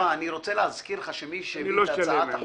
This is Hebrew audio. אני לא שלם עם זה.